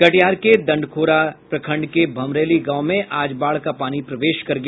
कटिहार के दंडखोरा प्रखंड के भमरैली गांव में आज बाढ़ का पानी प्रवेश कर गया